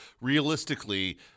realistically